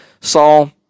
Saul